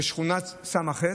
בשכונת ס"ח.